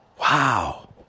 Wow